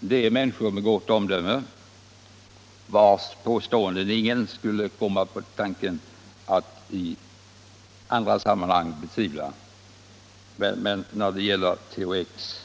Det är människor med gott omdöme, vilkas påståenden ingen skulle komma på tanken att i andra sammanhang betvivla. Men när det gäller THX